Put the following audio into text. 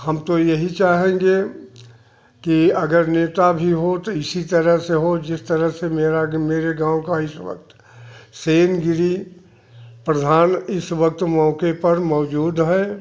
हम तो यही चाहेंगे कि अगर नेत भी हो तो इसी तरह से हो जिस तरह से मेरा मेरे गाँव का इस वक्त सेमगिरि प्रधान इस वक्त मौके पर मौजूद है